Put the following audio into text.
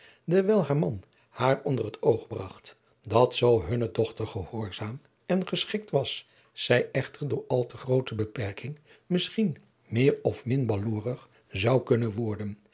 dewijl haar man haar onder het oog bragt dat zoo hunne dochter gehoorzaam en geschikt was zij echter door al te groote beperking misschien meer of min baloorig zou kunnen worden